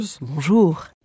bonjour